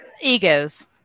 egos